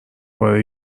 پاره